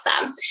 awesome